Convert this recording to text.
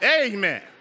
Amen